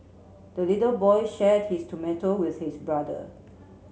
the little boy shared his tomato with his brother